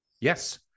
Yes